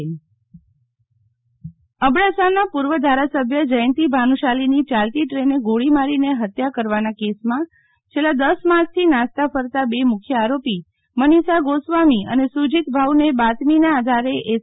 શીતલ વૈશ્નવ ભાનુશાલી હત્યા કેસ અબડાસાના પૂર્વ ધારાસભ્ય જયંતી ભાનુશાળીની યાલતી દ્રેને ગોળી મારીને હત્યા કરવાના કેસમાં છેલ્લા દસ માસથી નાસતા ફરતા બે મુખ્ય આરોપી મનીષા ગોસ્વામી અને સુજીત ભાઉને બાતમીના આધારે એસ